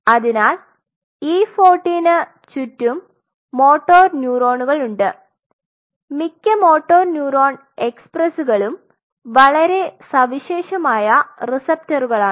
അതിനാൽ E 14 ന് ചുറ്റും മോട്ടോർ ന്യൂറോണുകളുണ്ട് മിക്ക മോട്ടോർ ന്യൂറോൺ എക്സ്പ്രസുകളും വളരെ സവിശേഷമായ റിസപ്റ്ററുകളാണ്